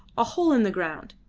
a hole in the ground.